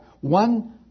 one